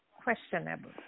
questionable